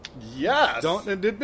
Yes